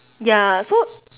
ya so